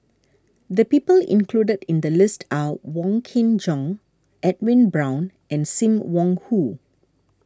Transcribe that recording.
the people included in the list are Wong Kin Jong Edwin Brown and Sim Wong Hoo